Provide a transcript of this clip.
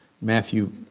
Matthew